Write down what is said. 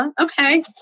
okay